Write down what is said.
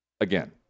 Again